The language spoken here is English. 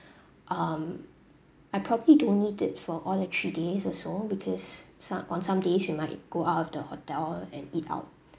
um I probably don't need it for all the three days also because some on some days we might go out of the hotel and eat out